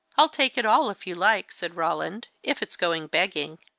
i'll take it all, if you like, said roland. if it's going begging.